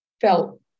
felt